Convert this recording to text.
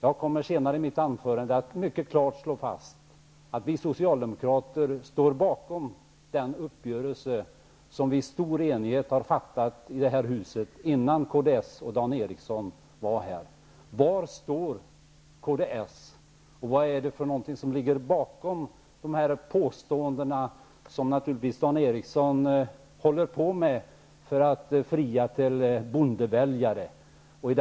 Jag kommer senare i mitt anförande att mycket klart slå fast att vi socialdemokrater står bakom den uppgörelse som vi i stor enighet har träffat i det här huset, innan kds och Dan Ericsson var här. Var står kds? Vad ligger bakom dessa påståenden, som Dan Ericsson naturligtvis gör för att fria till bondeväljare?